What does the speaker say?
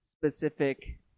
specific